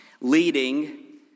Leading